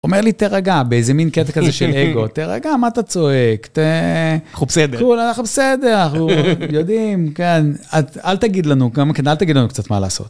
אומר לי, תרגע, באיזה מין קטע כזה של אגו. תרגע, מה אתה צועק, ת... אנחנו בסדר. אנחנו בסדר, אנחנו יודעים, כן. אל תגיד לנו, גם כן אל תגיד לנו קצת מה לעשות.